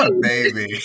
baby